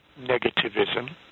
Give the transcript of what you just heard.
negativism